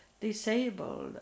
disabled